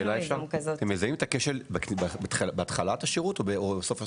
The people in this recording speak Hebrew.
אתם מזהים את הכשל בהתחלת השירות או בסוף?